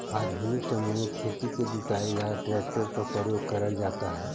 आधुनिक समय में खेत की जुताई ला ट्रैक्टर का प्रयोग करल जाता है